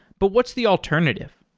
but what's the alternative?